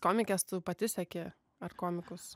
komikes tu pati seki ar komikus